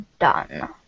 done